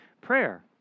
prayer